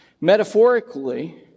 metaphorically